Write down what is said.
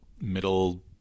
middle